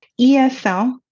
ESL